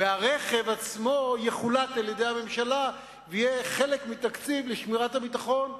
הרכב עצמו יחולט על-ידי הממשלה ויהיה חלק מתקציב לשמירת הביטחון.